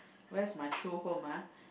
where is my true home ah